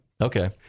Okay